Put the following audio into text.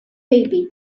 baby